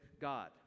God